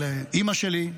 של אימא שלי,